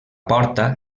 porta